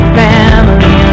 family